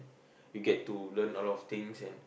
you get to learn a lot of things and